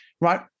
Right